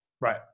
Right